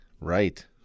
Right